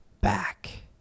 back